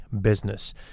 business